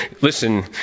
Listen